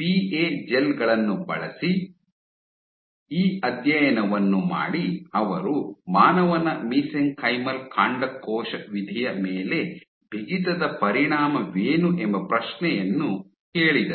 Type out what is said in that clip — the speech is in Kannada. ಪಿಎ ಜೆಲ್ ಗಳನ್ನು ಬಳಸಿ ಈ ಅಧ್ಯಯನವನ್ನು ಮಾಡಿ ಅವರು ಮಾನವನ ಮಿಸೆಂಕೈಮಲ್ ಕಾಂಡಕೋಶ ವಿಧಿಯ ಮೇಲೆ ಬಿಗಿತದ ಪರಿಣಾಮವೇನು ಎಂಬ ಪ್ರಶ್ನೆಯನ್ನು ಕೇಳಿದರು